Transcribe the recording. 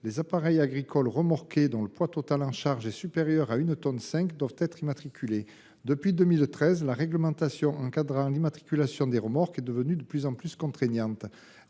les appareils agricoles remorqués dont le poids total en charge est supérieur à 1,5 tonne doivent être immatriculés. Depuis 2013, la réglementation encadrant l’immatriculation des remorques est devenue de plus en plus contraignante.